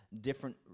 different